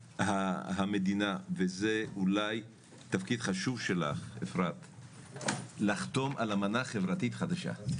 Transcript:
המדינה זה אולי תפקיד חשוב שלה לחתום על אמנה חברתית חדשה,